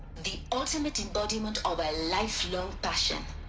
the ultimate embodiment of a lifelong passion.